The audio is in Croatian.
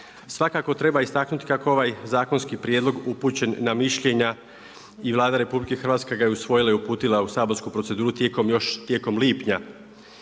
Svakako treba istaknuti kako ovaj zakonski prijedlog upućen na mišljenja i Vlada RH ga je usvojila i uputila u saborsku proceduru tijekom lipnja